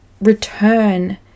return